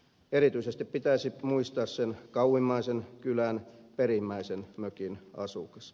erityisesti pitäisi muistaa sen kauimmaisen kylän perimmäisen mökin asukas